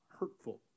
hurtful